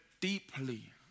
deeply